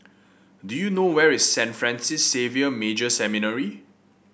do you know where is Saint Francis Xavier Major Seminary